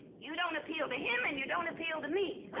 you don't appeal to him and you don't appeal to me.